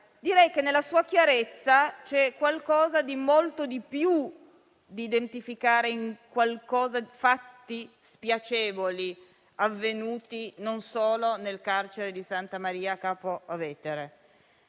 Direi che nella sua chiarezza c'è qualcosa di molto di più che identificare fatti spiacevoli avvenuti non solo nel carcere di Santa Maria Capua Vetere;